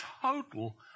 total